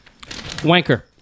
wanker